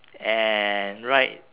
and right